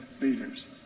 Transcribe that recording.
leaders